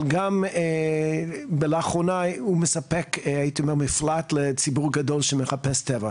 אבל לאחרונה הוא מספק הייתי אומר מפלט לציבור גדול שמחפש טבע.